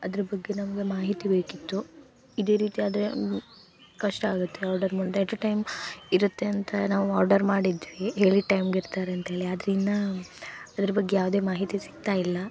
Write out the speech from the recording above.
ಅದ್ರ ಬಗ್ಗೆ ನಮಗೆ ಮಾಹಿತಿ ಬೇಕಿತ್ತು ಇದೇ ರೀತಿ ಆದರೆ ಕಷ್ಟ ಆಗುತ್ತೆ ಆರ್ಡರ್ ಮಾಡ್ ಎಟ್ ಅ ಟೈಮ್ ಇರುತ್ತೆ ಅಂತ ನಾವು ಆರ್ಡರ್ ಮಾಡಿದ್ವಿ ಹೇಳಿದ ಟೈಮ್ಗೆ ಇರ್ತಾರೆ ಅಂತ ಹೇಳಿ ಆದ್ರೆ ಇನ್ನೂ ಅದ್ರ ಬಗ್ಗೆ ಯಾವುದೇ ಮಾಹಿತಿ ಸಿಗ್ತಾ ಇಲ್ಲ